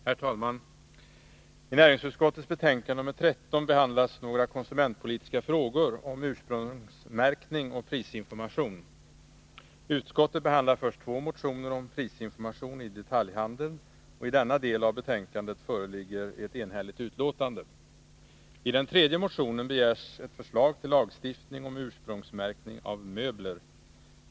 Herr talman! I näringsutskottets betänkande nr 13 behandlas några konsumentpolitiska frågor om ursprungsmärkning och prisinformation. Utskottet behandlar först två motioner om prisinformation i detaljhandeln, och i denna del föreligger ett enhälligt betänkande. I den tredje motionen begärs ett förslag till lagstiftning om ursprungsmärkning av möbler.